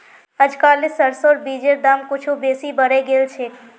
अजकालित सरसोर बीजेर दाम कुछू बेसी बढ़े गेल छेक